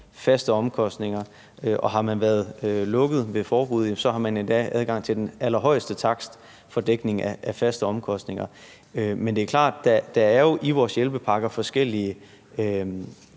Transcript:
faste omkostninger – og har man været lukket ved forbud, har man endda adgang til den allerhøjeste takst for dækning af faste omkostninger. Men det er klart, at der i vores hjælpepakker er forskellige